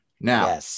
Now